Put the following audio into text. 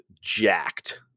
jacked